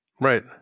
Right